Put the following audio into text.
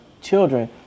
children